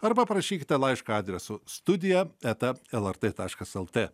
arba parašykite laišką adresu studija eta lrt taškas lt